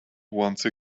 once